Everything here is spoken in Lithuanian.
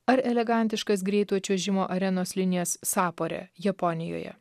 ar elegantiškas greitojo čiuožimo arenos linijas sapore japonijoje